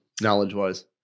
Knowledge-wise